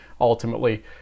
ultimately